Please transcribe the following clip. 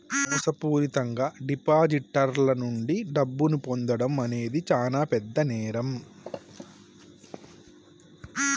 మోసపూరితంగా డిపాజిటర్ల నుండి డబ్బును పొందడం అనేది చానా పెద్ద నేరం